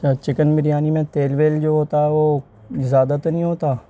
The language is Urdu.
چکن بریانی میں تیل ویل جو ہوتا ہے وہ زیادہ تو نہیں ہوتا